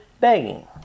begging